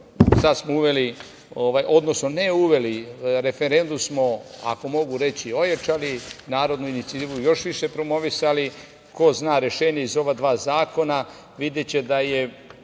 Sad smo uveli, odnosno ne uveli, referendum smo, ako mogu reći, ojačali, narodnu inicijativu još više promovisali. Ko zna, rešenje iz ova dva zakona videće da je